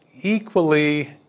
Equally